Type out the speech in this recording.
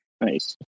nice